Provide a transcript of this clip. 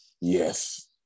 Yes